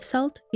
Salt